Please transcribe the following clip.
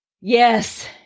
Yes